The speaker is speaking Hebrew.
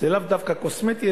זה לאו דווקא קוסמטי,